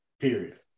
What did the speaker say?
period